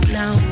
now